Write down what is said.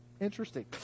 interesting